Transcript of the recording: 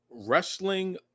wrestling